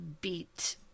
beat